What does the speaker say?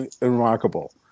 remarkable